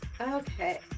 Okay